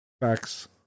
facts